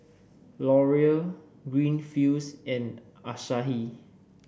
Laurier Greenfields and Asahi